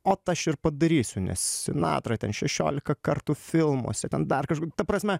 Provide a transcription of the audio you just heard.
ot aš ir padarysiu nes sinatra ten šešiolika kartų filmuose ten dar kažkur ta prasme